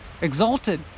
exalted